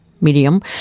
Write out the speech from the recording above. medium